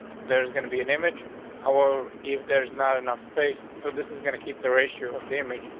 there's gonna be an image our if there's not enough space, so this is gonna keep the ratio of damage.